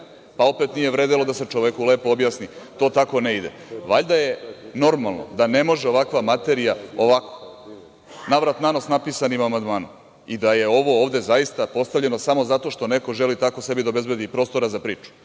pa opet nije vredelo da se čoveku lepo objasni. To tako ne ide. Valjda je normalno da ne može ovakva materija ovako navrat-nanos napisanim amadmanom i da je ovo ovde zaista postavljeno samo zato što neko želi sebi da obezbedi prostora za priču